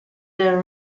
the